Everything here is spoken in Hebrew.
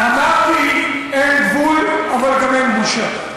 אמרתי "אין גבול", אבל גם אין בושה.